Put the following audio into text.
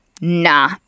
nah